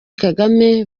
kagame